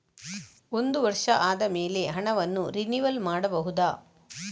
ಒಂದು ವರ್ಷ ಆದಮೇಲೆ ಹಣವನ್ನು ರಿನಿವಲ್ ಮಾಡಬಹುದ?